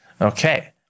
Okay